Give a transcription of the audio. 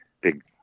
big